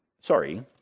Sorry